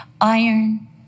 iron